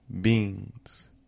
beings